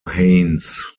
haynes